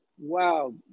Wow